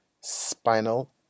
spinal